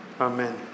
Amen